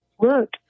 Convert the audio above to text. look